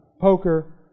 poker